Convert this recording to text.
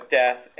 death